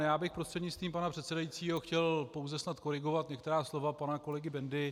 Já bych prostřednictvím pana předsedajícího chtěl pouze snad korigovat některá slova pana kolegy Bendy.